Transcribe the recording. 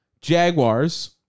Jaguars